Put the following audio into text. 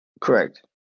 Correct